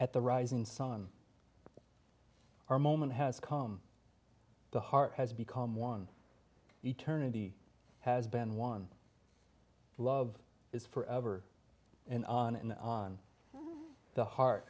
at the rising sun our moment has come the heart has become one eternity has been one love is forever and on and on the heart